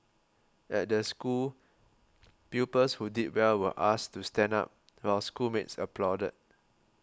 at the school pupils who did well were asked to stand up while schoolmates applauded